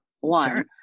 One